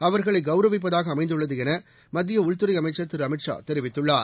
அவர்களைகௌரவிப்பதாகஅமைந்துள்ளதுஎன மத்தியஉள்துறைஅமைச்சர் திரு அமித் ஷா தெரிவித்துள்ளார்